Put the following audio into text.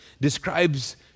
describes